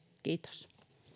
kiitos